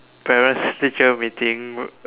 parents teacher meeting